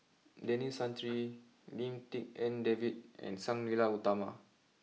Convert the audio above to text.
Denis Santry Lim Tik En David and Sang Nila Utama